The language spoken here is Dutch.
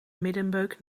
middenbeuk